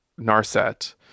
Narset